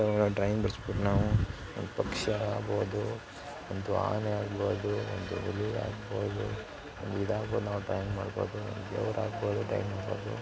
drawing ಬಿಡ್ಸ್ಬಿಟ್ಟು ನಾವು ಒಂದು ಪಕ್ಷ ಆಗ್ಬೋದು ಒಂದು ಆನೆ ಆಗ್ಬೋದು ಒಂದು ಹುಲಿ ಆಗ್ಬೋದು ಒಂದು ಇದು ಆಗ್ಬೋದು ನಾವು ಡ್ರಾಯಿಂಗ್ ಮಾಡ್ಕೊಳ್ತೇವೆ ದೇವ್ರು ಆಗ್ಬೋದು ಡ್ರಾಯಿಂಗ್ ಮಾಡೋದು